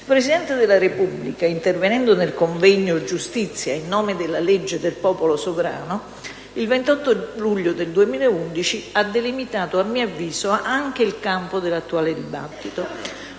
Il Presidente della Repubblica, intervenendo nel convegno dal titolo «Giustizia! In nome della legge e del popolo sovrano», il 28 luglio scorso, ha delimitato a mio avviso anche il campo dell'attuale dibattito